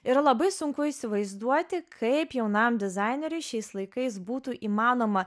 yra labai sunku įsivaizduoti kaip jaunam dizaineriui šiais laikais būtų įmanoma